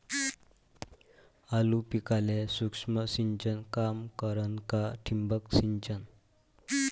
आलू पिकाले सूक्ष्म सिंचन काम करन का ठिबक सिंचन?